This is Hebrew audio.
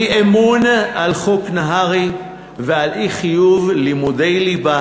אי-אמון על חוק נהרי ועל אי-חיוב לימודי ליבה